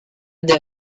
des